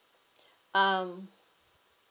um